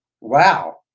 wow